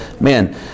man